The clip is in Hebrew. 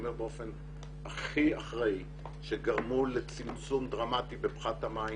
אומר באופן הכי אחראי שהם גרמו לצמצום דרמטי בפחת המים,